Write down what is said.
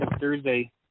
Thursday